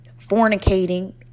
fornicating